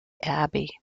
abbey